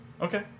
Okay